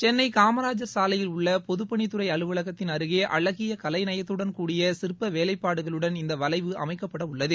சென்னை காமராஜர் சாலையில் உள்ள பொதுப்பணித்துறை அலுவலகத்தின் அருகே அழகிய கலைநயத்துடன் கூடிய சிற்ப வேலைப்பாடுகளுடன் இந்த வளைவு அமைக்கப்பட உள்ளது